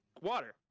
water